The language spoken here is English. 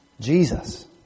Jesus